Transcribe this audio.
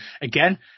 again